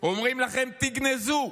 אומרים לכם: תגנזו.